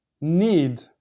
need